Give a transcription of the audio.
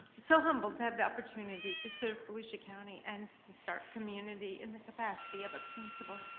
so humbled to have the opportunity to serve volusia county and the starke community in the capacity of a principal.